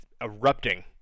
erupting